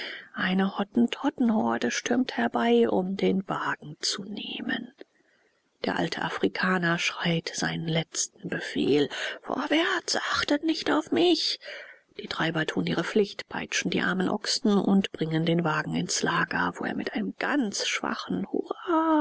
eine hottentottenhorde stürmt herbei um den wagen zu nehmen der alte afrikaner schreit seinen letzten befehl vorwärts achtet nicht auf mich die treiber tun ihre pflicht peitschen die armen ochsen und bringen den wagen ins lager wo er mit einem ganz schwachen hurra